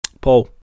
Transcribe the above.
Paul